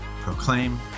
proclaim